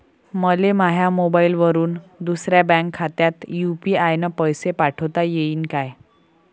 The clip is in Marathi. मले माह्या मोबाईलवरून दुसऱ्या बँक खात्यात यू.पी.आय न पैसे पाठोता येईन काय?